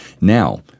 Now